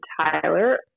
Tyler